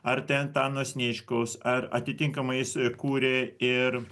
ar tai antano sniečkaus ar atitinkamai jis kūrė ir